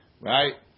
Right